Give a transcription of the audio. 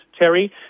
Terry